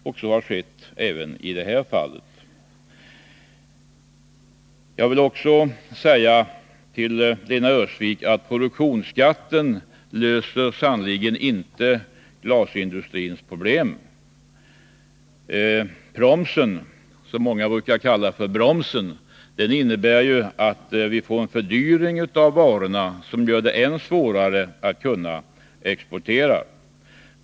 Vidare vill jag säga till Lena Öhrsvik att produktionsskatten sannerligen inte löser glasindustrins problem. Promsen — som många rätteligen brukar kalla bromsen — innebär att vi får en fördyring av varorna som gör det ännu svårare att exportera.